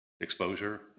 exposure